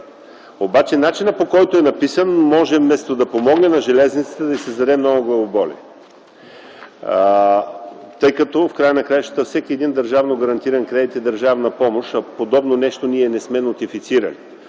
Обаче начинът, по който е написано, вместо да помогне на железниците, може да създаде много главоболие, тъй като в края на краищата всеки държавно гарантиран кредит и държавна помощ – подобно нещо ние не сме нотифицирали.